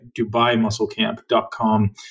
DubaiMuscleCamp.com